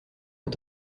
est